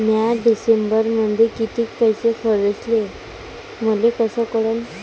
म्या डिसेंबरमध्ये कितीक पैसे खर्चले मले कस कळन?